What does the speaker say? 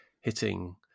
hitting